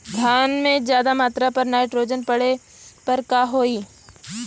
धान में ज्यादा मात्रा पर नाइट्रोजन पड़े पर का होई?